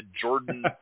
Jordan